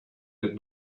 had